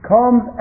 comes